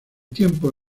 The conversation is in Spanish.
tiempo